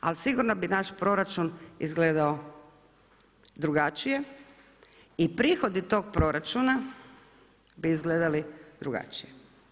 Ali sigurno bi naš proračun izgledao drugačije i prihodi tog proračuna bi izgledali drugačije.